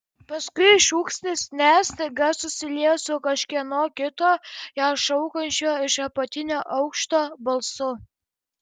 paskui šūksnis ne staiga susiliejo su kažkieno kito ją šaukiančio iš apatinio aukšto balsu